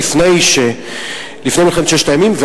עוד לפני מלחמת ששת הימים,